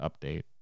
update